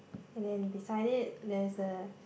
and then beside it there is a